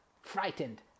frightened